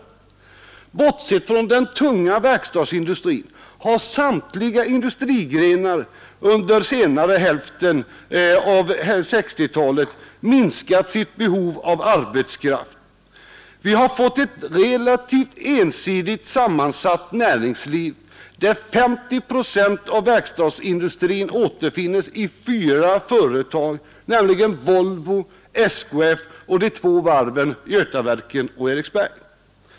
Låt mig s Bortsett från den tunga verkstadsindustrin har samtliga industrigrenar under senare hälften av 1960-talet minskat sitt behov av arbetskraft. Vi har fått ett relativt ensidigt sammansatt näringsliv, där 50 procent av verkstadsindustrin återfinnes i fyra företag, nämligen Volvo, SKF och de två varven, Götaverken och Eriksberg.